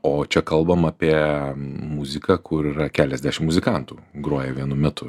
o čia kalbam apie muziką kur yra keliasdešim muzikantų groja vienu metu